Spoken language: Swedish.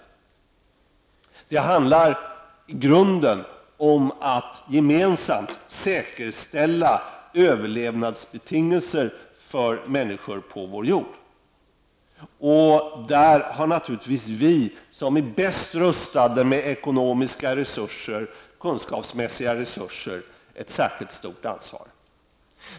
Det handlar i grunden om att gemensamt säkerställa överlevnadsbetingelser för människor på vår jord. Där har naturligtvis vi som är bäst rustade med ekonomiska resurser och kunskapsmässiga resurser ett särskilt stort ansvar.